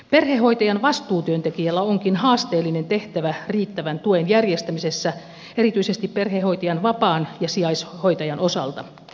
perhehoitajan vastuutyöntekijällä onkin haasteellinen tehtävä riittävän tuen järjestämisessä erityisesti perhehoitajan vapaan ja sijaishoitajan osalta